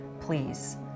Please